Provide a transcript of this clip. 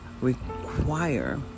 require